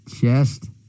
chest